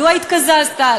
מדוע התקזזת?